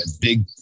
big